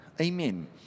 Amen